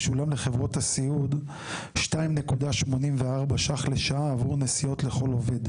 משולם לחברות הסיעוד 2.84 ש"ח לשעה עבור נסיעות לכל עובד,